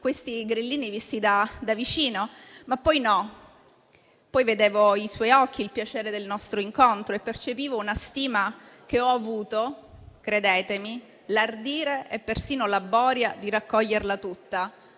questi grillini visti da vicino, ma poi vedevo i suoi occhi, il piacere del nostro incontro e percepivo una stima che ho avuto - credetemi - l'ardire e persino la boria di raccogliere tutta